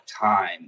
time